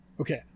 Okay